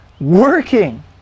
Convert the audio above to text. working